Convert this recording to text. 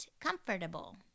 comfortable